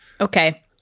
okay